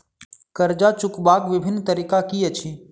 कर्जा चुकबाक बिभिन्न तरीका की अछि?